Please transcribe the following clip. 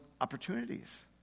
opportunities